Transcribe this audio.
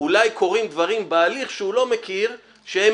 אולי קורים דברים בהליך שהוא לא מכיר שהם